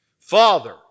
Father